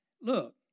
Look